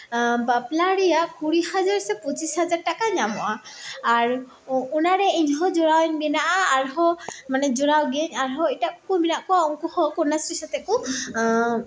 ᱵᱟᱯᱞᱟ ᱨᱮᱭᱟᱜ ᱠᱩᱲᱤ ᱦᱟᱡᱟᱨ ᱥᱮ ᱯᱚᱸᱪᱤᱥ ᱦᱟᱡᱟᱨ ᱴᱟᱠᱟ ᱧᱟᱢᱚᱜᱼᱟ ᱟᱨ ᱚᱱᱟᱨᱮ ᱤᱧᱦᱚᱸ ᱡᱚᱲᱟᱣ ᱢᱮᱱᱟᱜᱼᱟ ᱟᱨᱦᱚᱸ ᱡᱚᱲᱟᱣ ᱜᱮᱭᱟᱹᱧ ᱟᱨᱦᱚᱸ ᱮᱴᱟᱜ ᱠᱚ ᱢᱮᱱᱟᱜ ᱠᱚᱣᱟ ᱩᱱᱠᱩ ᱦᱚᱸ ᱠᱚᱱᱱᱟᱥᱨᱤ ᱥᱟᱛᱮᱜ ᱠᱚ